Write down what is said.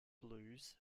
blues